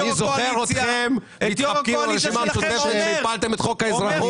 אני זוכר אתכם מתחבקים עם הרשימה המשותפת כשהפלת את חוק האזרחות,